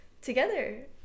together